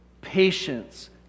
patience